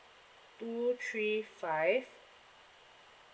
two three five